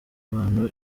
abantu